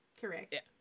Correct